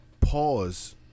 pause